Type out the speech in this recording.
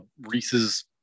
Reese's